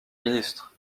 ministres